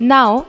Now